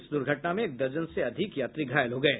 इस दुर्घटना में एक दर्जन से अधिक यात्री घायल हो गये